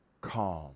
calm